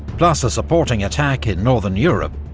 plus a supporting attack in northern europe,